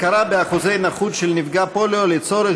הכרה באחוזי נכות של נפגע פוליו לצורך